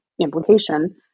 implication